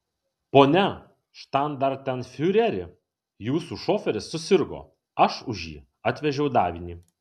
pone štandartenfiureri jūsų šoferis susirgo aš už jį atvežiau davinį